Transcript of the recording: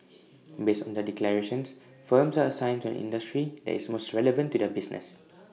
based on their declarations firms are assigned to an industry that is most relevant to their business